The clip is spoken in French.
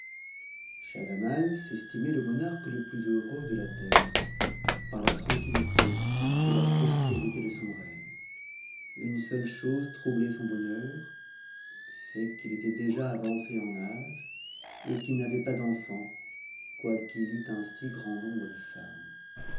schahzaman s'estimait le monarque le plus heureux de la terre par la tranquillité et la prospérité de son règne une seule chose troublait sou bonheur c'est qu'il était déjà avancé en âge et qu'il n'avait pas d'enfants quoiqu'il eût un si grand nombre de femmes